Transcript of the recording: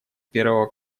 первого